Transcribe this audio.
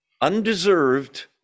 Undeserved